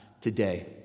today